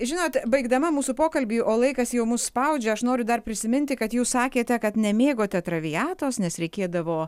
žinot baigdama mūsų pokalbį o laikas jau mus spaudžia aš noriu dar prisiminti kad jūs sakėte kad nemėgote traviatos nes reikėdavo